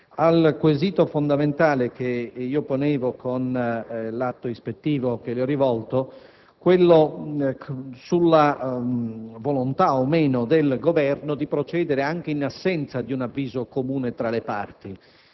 al quesito fondamentale che ponevo con l'atto ispettivo che le ho rivolto, quello sulla volontà o meno del Governo di procedere anche in assenza di un avviso comune tra le parti.